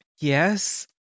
yes